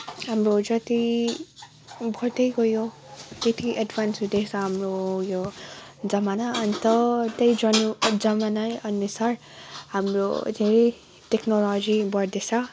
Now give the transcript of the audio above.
हाम्रो जति बढ्दै गयो त्यति एड्भान्स हुँदैछ हाम्रो यो जमाना अन्त त्यही जमानै अनुसार हाम्रो अझै टेक्नोलोजी बढ्दैछ